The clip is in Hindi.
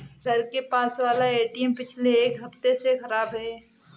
घर के पास वाला एटीएम पिछले एक हफ्ते से खराब है